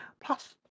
Plus